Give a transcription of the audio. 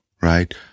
right